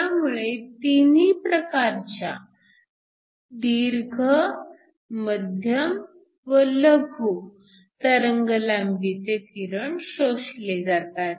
त्यामुळे तिन्ही प्रकारच्या दीर्घ लांब मध्यम व लघु लहान तरंगलांबीचे किरण शोषले जातात